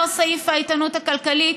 לא סעיף האיתנות הכלכלית,